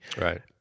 right